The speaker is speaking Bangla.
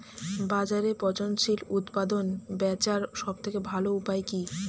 বাজারে পচনশীল উৎপাদন বেচার সবথেকে ভালো উপায় কি?